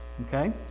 Okay